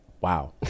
Wow